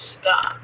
stop